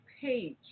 page